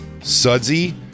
Sudsy